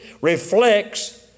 reflects